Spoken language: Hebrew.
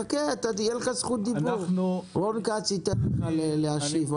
תכף יחליף אותי חבר הכנסת רון כץ ותהיה לך הזדמנות להשיב.